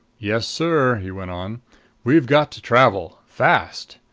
yes, sir, he went on we've got to travel fast.